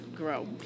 grow